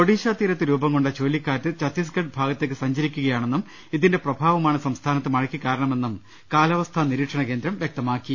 ഒഡീഷ തീരത്ത് രൂപം കൊണ്ട ചുഴലിക്കാറ്റ് ച ത്തീസ്ഗഢ് ഭാഗത്തേക്ക് സഞ്ചരിക്കുകയാണെന്നും ഇതിന്റെ പ്രഭാവമാണ് സം സ്ഥാനത്ത് മഴക്ക് കാരണമെന്നും കാലാവസ്ഥാ നിരീക്ഷണ കേന്ദ്രം വ്യക്തമാ ക്കി